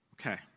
Okay